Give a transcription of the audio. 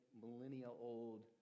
millennial-old